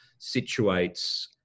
situates